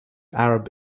arab